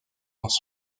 dans